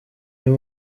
iyo